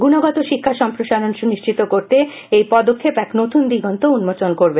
গুণগত শিক্ষা সম্প্রসারণ সুনিশ্চিত করতে এই পদক্ষেপ এক নতুন দিগন্ত উন্মোচন করবে